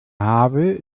havel